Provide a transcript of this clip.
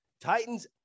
titans